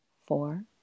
four